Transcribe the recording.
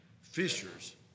fishers